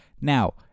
Now